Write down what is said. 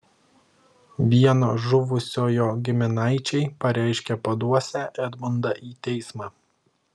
vieno žuvusiojo giminaičiai pareiškė paduosią edmundą į teismą